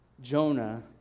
Jonah